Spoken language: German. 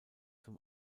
zum